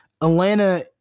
Atlanta